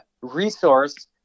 resource